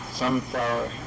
sunflower